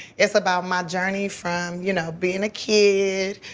it's about my journey from, you know, bein' a kid,